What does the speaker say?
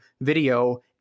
video